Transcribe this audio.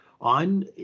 on